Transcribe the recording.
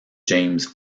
james